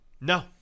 No